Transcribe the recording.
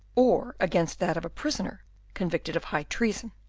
or against that of a prisoner convicted of high treason,